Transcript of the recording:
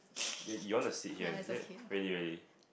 yeah you wanna sit here instead really really